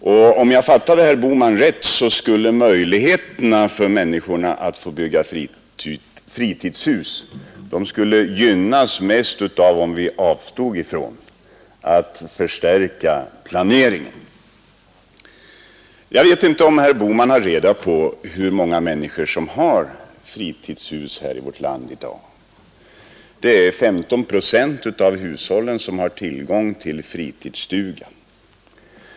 Om jag fattade herr Bohman rätt skulle möjligheterna för människorna att bygga fritidshus bäst gagnas om man avstod från att förstärka planeringen. Jag vet inte om herr Bohman har reda på hur många människor i vårt land som i dag har fritidshus. Det är 15 procent av hushållen som har tillgång till fritidsstuga.